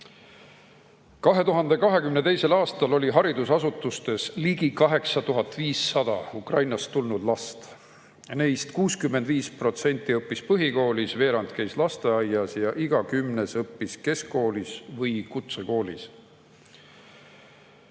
2022. aastal [õppis] haridusasutustes ligi 8500 Ukrainast tulnud last. Neist 65% õppis põhikoolis, veerand käis lasteaias ja iga kümnes õppis keskkoolis või kutsekoolis.